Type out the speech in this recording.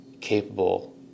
capable